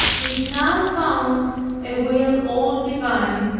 it now found a will all divine,